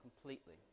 completely